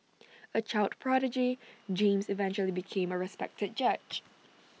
A child prodigy James eventually became A respected judge